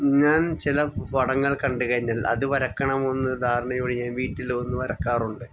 ഞാൻ ചില പടങ്ങൾ കണ്ടു കഴിഞ്ഞാൽ അത് വരക്കണമെന്ന ധാരണയോടെ ഞാൻ വീട്ടിൽ വന്നു വരക്കാറുണ്ട്